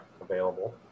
available